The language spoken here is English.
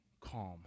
calm